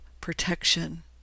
protection